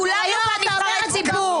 כולנו נבחרי ציבור.